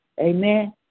Amen